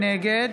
נגד